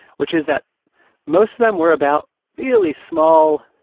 which is that most of them were about really small